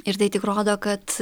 ir tai tik rodo kad